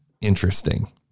interesting